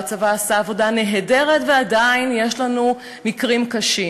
והצבא עשה עבודה נהדרת, ועדיין יש לנו מקרים קשים.